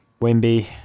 Wimby